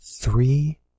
Three